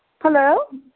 hello